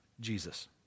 Jesus